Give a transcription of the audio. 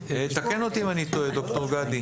תקן אותי אם אני טועה, ד"ר גדי.